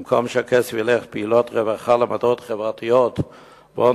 במקום שהכסף ילך לפעילויות רווחה ולמטרות חברתיות ולעוד